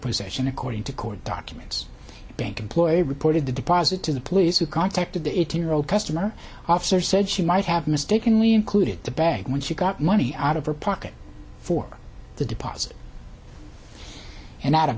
possession according to court documents bank employee reported the deposit to the police who contacted the eighteen year old customer officer said she might have mistakenly included the bag when she got money out of her pocket for the deposit and